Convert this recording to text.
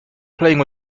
playing